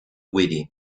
wedding